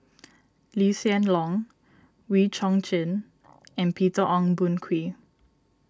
Lee Hsien Loong Wee Chong Jin and Peter Ong Boon Kwee